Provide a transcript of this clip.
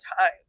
time